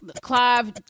Clive